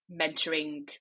mentoring